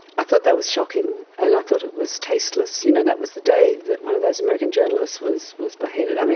i thought that was shocking and i thought it was tasteless. you know, that was the day that one of those american journalists was was beheaded.